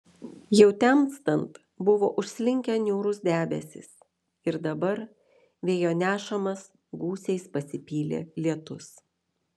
jau temstant buvo užslinkę niūrūs debesys ir dabar vėjo nešamas gūsiais pasipylė lietus